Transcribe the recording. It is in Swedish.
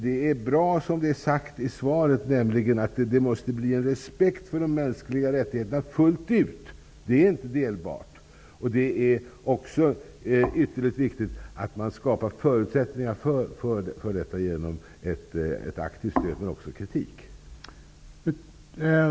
Det är bra att det i frågesvaret sägs att man fullt ut måste visa respekt för de mänskliga rättigheterna. Detta är inte delbart. Det är också ytterligt viktigt att man skapar förutsättningar för detta genom ett aktivt stöd, men också genom kritik.